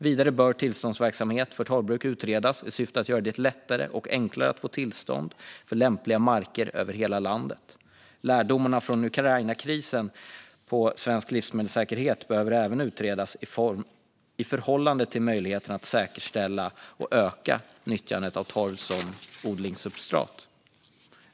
Vidare bör tillståndsverksamhet för torvbruk utredas i syfte att göra det lättare och enklare att få tillstånd på lämpliga marker över hela landet. Lärdomarna från Ukrainakrisen när det gäller svensk livsmedelssäkerhet behöver även utredas i förhållande till möjligheten att säkerställa och öka nyttjandet av torv som odlingssubstrat.